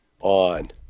on